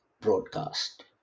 broadcast